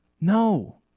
No